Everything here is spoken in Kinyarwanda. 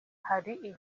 hari